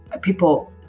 people